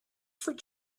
for